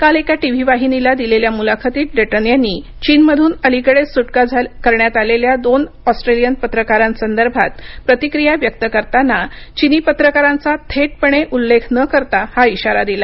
काल एका टीव्ही वाहिनीला दिलेल्या मुलाखतीत डटन यांनी चीनमधून अलिकडेच सुटका करण्यात आलेल्या दोन ऑस्ट्रेलियन पत्रकारांसंदर्भात प्रतिक्रिया व्यक्त करताना चिनी पत्रकारांचा थेटपणे उल्लेख न करता हा इशारा दिला